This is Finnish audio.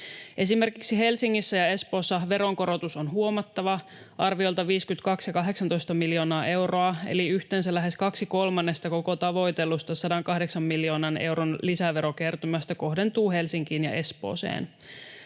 Esimerkiksi Helsingissä ja Espoossa veronkorotus on huomattava, arviolta 52 ja 18 miljoonaa euroa, eli yhteensä lähes kaksi kolmannesta koko tavoitellusta 108 miljoonan euron lisäverokertymästä kohdentuu Helsinkiin ja Espooseen.